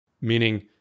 Meaning